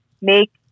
make